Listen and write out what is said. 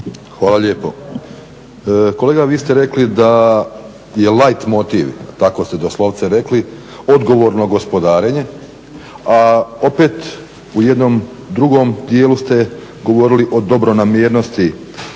(HDSSB)** Kolega vi ste rekli da je light motiv tako ste doslovce rekli odgovorno gospodarenje, a opet u jednom drugom dijelu ste govorili o dobronamjernosti